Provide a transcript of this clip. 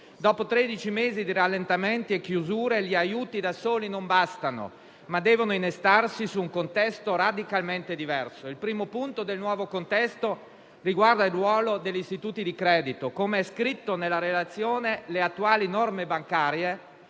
Dopo tredici mesi di rallentamenti e chiusure, gli aiuti da soli non bastano, ma devono innestarsi su un contesto radicalmente diverso. Il primo punto del nuovo contesto riguarda il ruolo degli istituti di credito. Com'è scritto nella relazione, le attuali norme bancarie